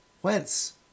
Whence